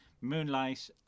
Moonlight